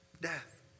Death